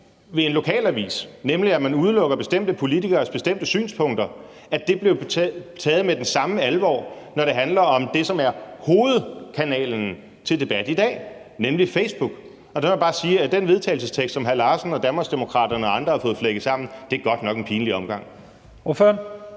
ved en lokalavis, nemlig at man udelukker bestemte politikeres bestemte synspunkter, og at det bliver set på med den samme alvor, når det handler om det, som er hovedkanalen til debat i dag, nemlig Facebook. Der må jeg bare sige, at den vedtagelsestekst, som hr. Malte Larsen, Danmarksdemokraterne og andre har fået flækket sammen, godt nok er en pinlig omgang.